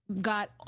got